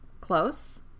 close